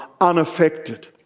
unaffected